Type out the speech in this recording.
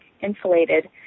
insulated